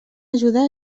ajudar